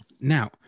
now